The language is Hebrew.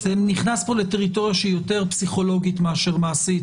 זה נכנס פה לטריטוריה שהיא יותר פסיכולוגית מאשר מעשית,